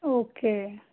okay